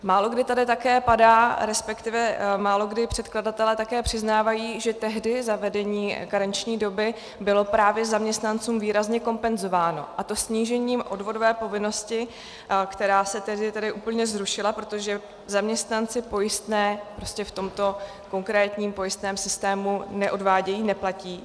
Málokdy tady také padá, resp. málokdy předkladatelé také přiznávají, že tehdy zavedení karenční doby bylo právě zaměstnancům výrazně kompenzováno, a to snížením odvodové povinnosti, která se tehdy tedy úplně zrušila, protože zaměstnanci pojistné prostě v tomto konkrétním pojistném systému neodvádějí, neplatí.